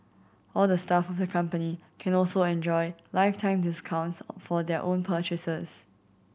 all the staff of the company can also enjoy lifetime discounts for their own purchases